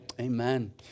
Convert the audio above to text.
Amen